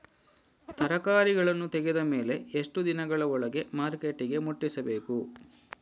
ತರಕಾರಿಗಳನ್ನು ತೆಗೆದ ಮೇಲೆ ಎಷ್ಟು ದಿನಗಳ ಒಳಗೆ ಮಾರ್ಕೆಟಿಗೆ ಮುಟ್ಟಿಸಬೇಕು?